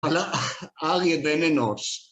על ה... אריה בן אנוש.